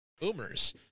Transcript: boomers